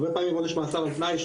הרבה פעמים עונש מאסר על תנאי,